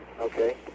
okay